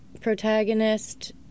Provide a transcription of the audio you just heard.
protagonist